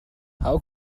how